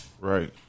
right